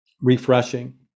refreshing